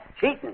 cheating